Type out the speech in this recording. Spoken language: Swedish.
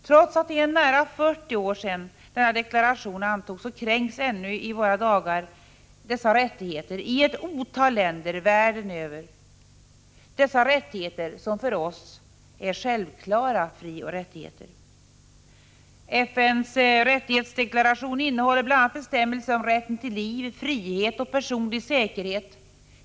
Trots att det har förflutit nära 40 år sedan denna deklaration antogs kränks ännu dessa rättigheter i ett otal länder över hela världen, dessa rättigheter som för oss är självklara frioch rättigheter. FN:s rättighetsdeklaration innehåller bl.a. bestämmelser om rätten till liv, frihet och personlig säkerhet.